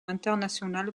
internationales